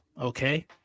Okay